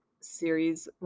series